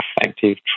effective